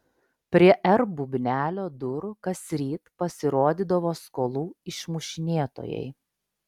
prie r bubnelio durų kasryt pasirodydavo skolų išmušinėtojai